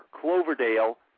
Cloverdale